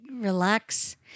Relax